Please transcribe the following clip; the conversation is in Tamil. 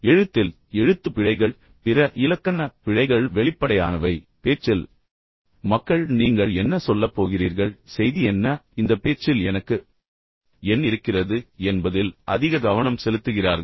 எழுத்தில் எழுத்துப்பிழைகள் மற்றும் பிற இலக்கண பிழைகள் மிகவும் வெளிப்படையானவை ஆனால் பேச்சில் மக்கள் நீங்கள் என்ன சொல்லப் போகிறீர்கள் செய்தி என்ன இந்த பேச்சில் எனக்கு என்ன இருக்கிறது என்பதில் அதிக கவனம் செலுத்துகிறார்கள்